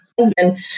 husband